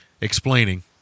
explaining